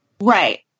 right